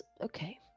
okay